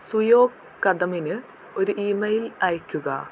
സുയോഗ് കദമിന് ഒരു ഇമെയിൽ അയയ്ക്കുക